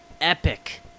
epic